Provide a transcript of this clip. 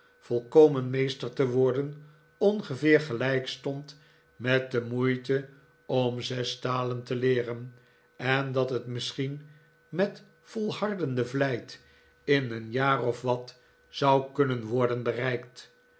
volkomen meester te worden ongeveer gelijk stond met de moeite om zes talen te leeren en dat het misschien met volhardende vlijt in een jaar of wat zou kunnen worden bereikt